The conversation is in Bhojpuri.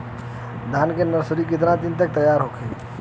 धान के नर्सरी कितना दिन में तैयार होई?